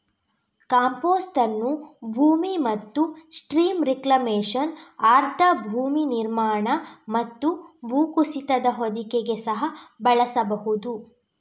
compost ಅನ್ನು ಭೂಮಿ ಮತ್ತು ಸ್ಟ್ರೀಮ್ ರಿಕ್ಲೇಮೇಶನ್, ಆರ್ದ್ರ ಭೂಮಿ ನಿರ್ಮಾಣ ಮತ್ತು ಭೂಕುಸಿತದ ಹೊದಿಕೆಗೆ ಸಹ ಬಳಸಬಹುದು